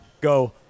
go